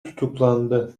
tutuklandı